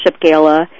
gala